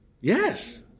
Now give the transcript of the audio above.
Yes